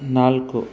ನಾಲ್ಕು